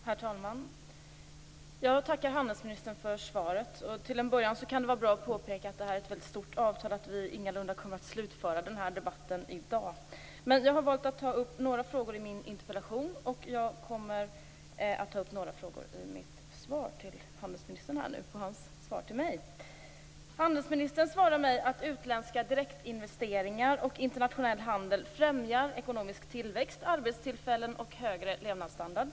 Herr talman! Jag tackar handelsministern för svaret. Till en början kan det vara bra att påpeka att detta är ett väldigt stort avtal, och att vi ingalunda kommer att slutföra debatten i dag. Jag har valt att ta upp några frågor i min interpellation, och jag kommer att ta upp några frågor i mitt svar till handelsministern på hans svar till mig. Handelsministern svarar mig att utländska direktinvesteringar och internationell handel främjar ekonomisk tillväxt, arbetstillfällen och högre levnadsstandard.